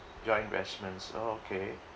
your investments okay